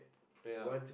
ya